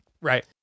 Right